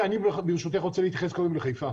ברשותך אני רוצה להתייחס קודם לחיפה